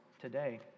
today